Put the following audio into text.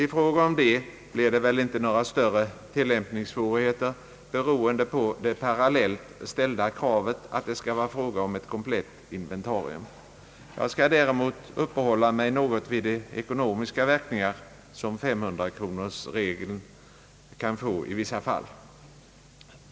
I fråga om det blir det väl inte några större tillämpningssvårigheter, beroende på det parallellt ställda kravet att det skall vara fråga om ett komplett inventarium. Jag skall däremot uppehålla mig något vid de ekonomiska verkningar som 500-kronorsregeln kan få i vissa fall.